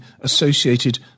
associated